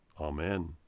Amen